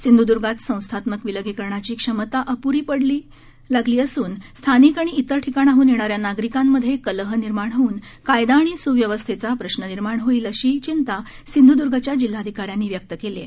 सिंधुदुर्गात संस्थात्मक विलगीकरणाची क्षमता अपुरी पडू लागली असून स्थानिक आणि इतर ठिकाणांहून येणाऱ्या नागरिकांमध्ये कलह निर्माण होऊन कायदा आणि सुव्यवस्थेचा प्रश्न निर्माण होईल अशी चिंता सिंधुदुर्गच्या जिल्हाधिकाऱ्यांनी व्यक्त केली आहे